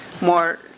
more